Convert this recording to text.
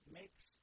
makes